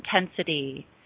intensity